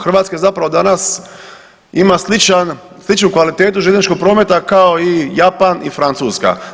Hrvatska zapravo danas ima sličnu kvalitetu željezničkog prometa kao i Japan i Francuska.